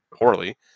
poorly